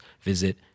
visit